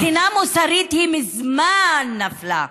אבל מבחינה מוסרית היא מזמן נפלה,